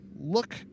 Look